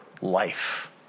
life